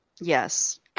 Yes